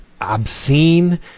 obscene